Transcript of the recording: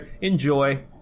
enjoy